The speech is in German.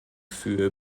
für